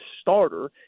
starter